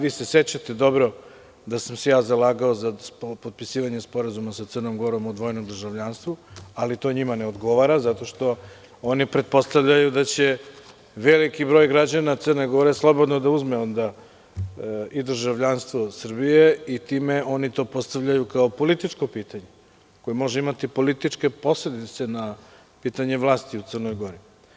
Vi se sećate dobro da sam se ja zalagao za potpisivanje sporazuma sa Crnom Gorom o dvojnom državljanstvu, ali to njima ne odgovara zato što oni pretpostavljaju da će veliki broj građana Crne Gore slobodno da uzme onda i državljanstvo Srbije i time oni to postavljaju kao političko pitanje, koje može imati političke posledice na pitanje vlasti u Crnoj Gori.